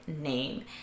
name